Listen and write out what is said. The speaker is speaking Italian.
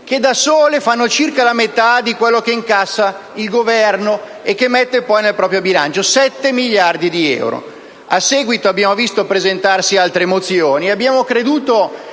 che da sole producono circa la metà di quello che il Governo incassa e che mette poi nel proprio bilancio: 7 miliardi di euro. In seguito abbiamo visto presentare altre mozioni